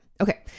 Okay